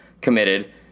committed